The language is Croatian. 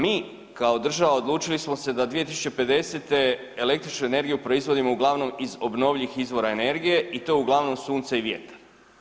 Mi kao država odlučili smo se da 2050. električnu energiju proizvodimo uglavnom iz obnovljivih izvora energije i to uglavnom sunce i vjetar.